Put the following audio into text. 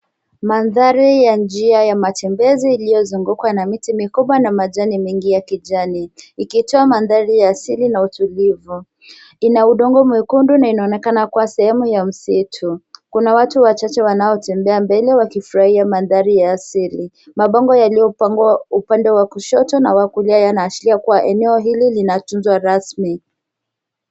Mandhari ya njia ya matembezi iliyozugukwa na miti mikubwa na majani mengine ya kijani ikitoa mandhari ya asili na utulivu. Ina udongo mwekundu na inaonekana kuwa sehemu ya msitu kuna watu wachache wanaotembea mbele wakifurahia mandhari ya asili mabango yaliyopagwa upande wa kushoto na wakulia yanaashiria eneo hili linatunzwa rasmi.